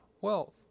Wealth